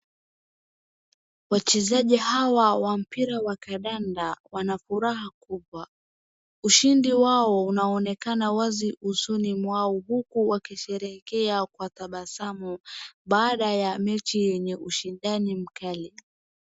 Wachezaji hawa wa mpira wa kandanda wana furaha kubwa ushindi wao unaonekana wazi usoni mwao huku wakisherehekea kwa tabasamu baada ya mechi yenye ushindani mkali.